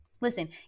listen